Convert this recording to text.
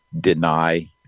deny